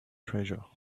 treasure